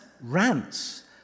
rants